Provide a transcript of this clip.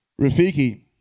Rafiki